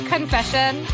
Confession